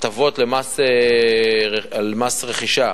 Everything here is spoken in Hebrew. הטבות במס רכישה